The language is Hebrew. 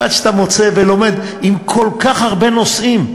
ועד שאתה מוצא ולומד, עם כל כך הרבה נושאים,